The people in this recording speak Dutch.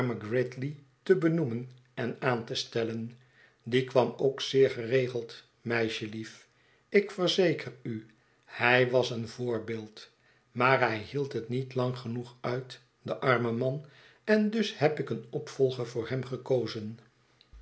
te benoemen en aan te stellen die kwam ook zeer geregeld meisjelief ik verzeker u hij was een voorbeeld maar hij hield het niet lang genoeg uit de arme man en dus heb ik een opvolger voor hem gekozen